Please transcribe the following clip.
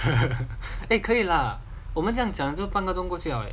eh 可以 ah 我们这样讲左半个钟过去了 leh